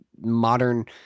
modern